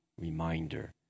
reminder